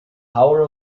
power